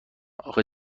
آخه